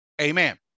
Amen